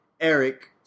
Eric